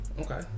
Okay